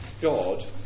God